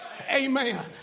Amen